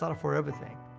not a forever thing.